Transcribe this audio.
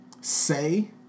say